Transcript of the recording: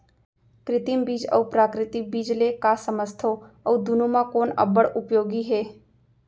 कृत्रिम बीज अऊ प्राकृतिक बीज ले का समझथो अऊ दुनो म कोन अब्बड़ उपयोगी हे?